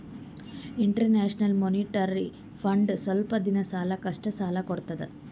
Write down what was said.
international monetary fund ಸ್ವಲ್ಪ್ ದಿನದ್ ಸಲಾಕ್ ಅಷ್ಟೇ ಸಾಲಾ ಕೊಡ್ತದ್